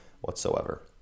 whatsoever